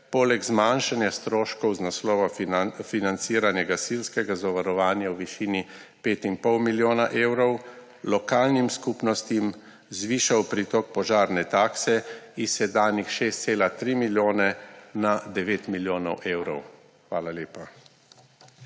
poleg zmanjšanja stroškov iz naslova financiranja gasilskega zavarovanja v višini 5,5 milijona evrov lokalnim skupnostim zvišal pritok požarne takse s sedanjih 6,3 milijona na 9 milijonov evrov. Hvala lepa.